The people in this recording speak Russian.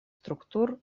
структур